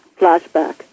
flashback